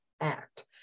act